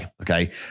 Okay